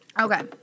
Okay